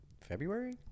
February